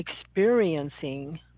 experiencing